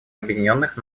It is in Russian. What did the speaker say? объединенных